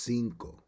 Cinco